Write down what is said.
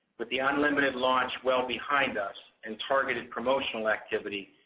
with the unlimited launch well behind us and targeted promotional activity,